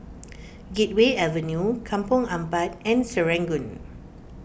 Gateway Avenue Kampong Ampat and Serangoon